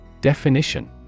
Definition